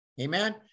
amen